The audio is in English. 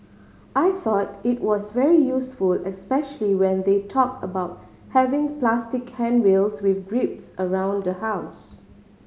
I thought it was very useful especially when they talked about having plastic handrails with grips around the house